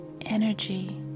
energy